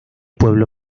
pueblo